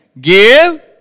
Give